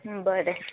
बरें